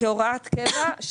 כהוראת קבע.